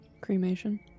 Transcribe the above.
Cremation